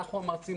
אנחנו המרצים,